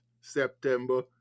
September